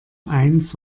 eins